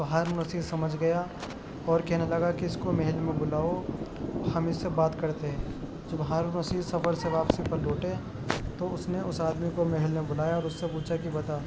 تو Harun Rashid سمجھ گیا اور کہنے لگا کہ اس کو محل میں بلاؤ ہم اس سے بات کرتے ہیں جب ہارون رشید سفر سے واپسی پر لوٹے تو اس نے اس آدمی کو محل میں بلایا اور اس سے پوچھا کہ بتا